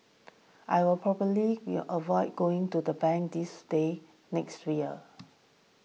I will probably in avoid going to the bank this day next year